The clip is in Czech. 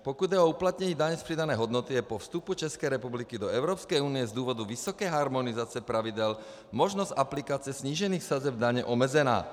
Pokud jde o uplatnění daně z přidané hodnoty, je po vstupu České republiky do Evropské unie z důvodu vysoké harmonizace pravidel možnost aplikace snížených sazeb daně omezena.